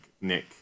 Nick